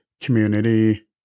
Community